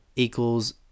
equals